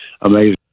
amazing